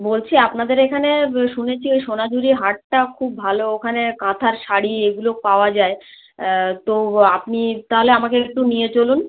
বলছি আপনাদের এইখানে শুনেছি ওই সোনাঝুড়ির হাটটা খুব ভালো ওখানে কাঁথার শাড়ি এগুলো পাওয়া যায় তো আপনি তাহলে আমাকে একটু নিয়ে চলুন